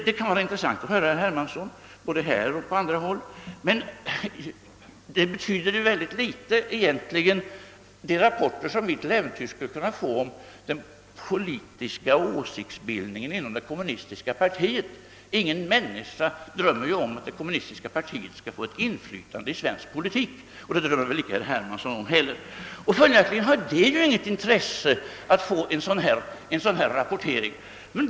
Det kan vara intressant att höra herr Hermansson, både här och på andra håll, men de rapporter som vi till äventyrs skulle kunna få om den politiska åsiktsbildningen inom det kommunistiska partiet betyder väldigt litet. Ingen människa drömmer ju om att det kommunistiska partiet skall få inflytande i svensk politik — och det drömmer väl inte heller herr Hermansson om. Följaktligen saknar en dylik rapportering intresse.